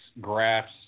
graphs